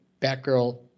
Batgirl